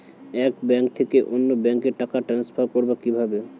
এক ব্যাংক থেকে অন্য ব্যাংকে টাকা ট্রান্সফার করবো কিভাবে?